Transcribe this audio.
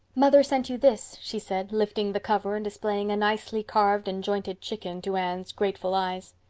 mother sent you this, she said, lifting the cover and displaying a nicely carved and jointed chicken to anne's greatful eyes.